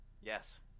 Yes